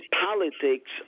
politics